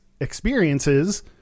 experiences